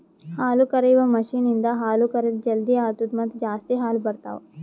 ಹಾಲುಕರೆಯುವ ಮಷೀನ್ ಇಂದ ಹಾಲು ಕರೆದ್ ಜಲ್ದಿ ಆತ್ತುದ ಮತ್ತ ಜಾಸ್ತಿ ಹಾಲು ಬರ್ತಾವ